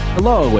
Hello